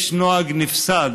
יש נוהג נפסד